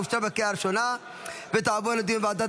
אושרה בקריאה הראשונה ותעבור לדיון בוועדת